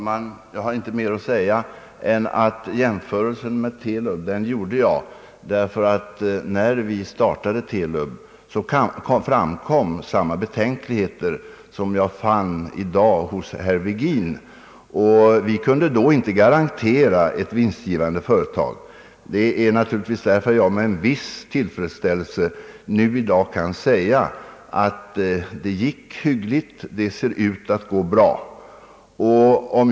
Herr talman! Jag har inte mer att säga än att jag gjorde jämförelsen med TELUB av det skälet att när vi startade detta företag framkom samma betänkligheter som jag i dag fann hos herr Virgin. Vi kunde vid den tidpunkten inte garantera ett vinstgivande företag, och det är naturligtvis därför jag med en viss tillfredsställelse nu kan säga att företaget hittills gått bra och att det ser ut att gå bra i fortsättningen.